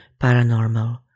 paranormal